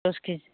दस केजि